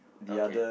okay